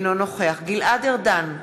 אינו נוכח גלעד ארדן,